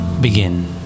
begin